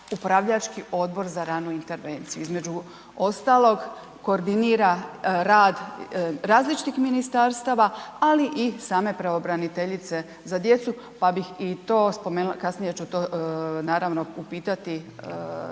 Upravljački odbor za ranu intervenciju, između ostalog, koordinira rad različitih ministarstava, ali i same pravobraniteljice za djecu, pa bih i to spomenula, kasnije ću to naravno upitati